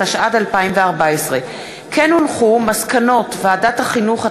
התשע"ד 2014. מסקנות ועדת החינוך,